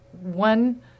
one